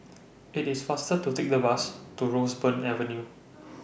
IT IS faster to Take The Bus to Roseburn Avenue